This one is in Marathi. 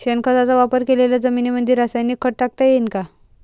शेणखताचा वापर केलेल्या जमीनीमंदी रासायनिक खत टाकता येईन का?